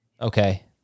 Okay